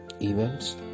events